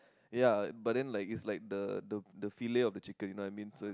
ya but then like it's like the the the fillet of the chicken you know what I mean so it's